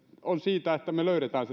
on siitä että me löydämme